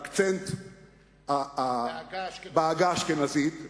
בעגה האשכנזית,